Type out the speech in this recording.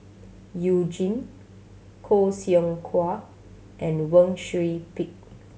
You Jin Khoo Seow Hwa and Wang Sui Pick